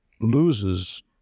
loses